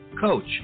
coach